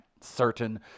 certain